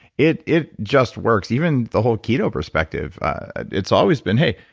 it it just works. even the whole keto perspective it's always been hey,